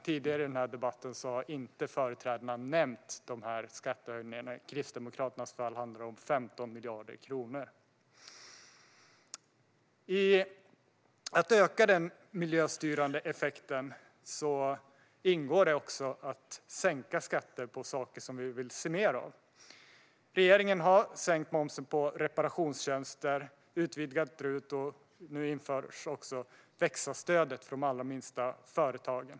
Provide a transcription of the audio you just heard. Tidigare i den här debatten har dock ingen av företrädarna nämnt dessa skattehöjningar, som i Kristdemokraternas fall handlar om 15 miljarder kronor. I att öka den miljöstyrande effekten ingår också att sänka skatter på saker som vi vill se mer av. Regeringen har sänkt momsen på reparationstjänster och utvidgat RUT. Nu införs också växa-stödet för de allra minsta företagen.